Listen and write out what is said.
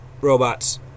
Robots